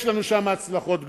יש לנו שם הצלחות גדולות,